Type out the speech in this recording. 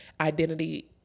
identity